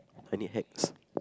I need hacks